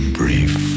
brief